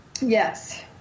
Yes